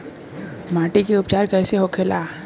माटी के उपचार कैसे होखे ला?